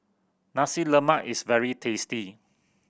Nasi Lemak is very tasty